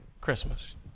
Christmas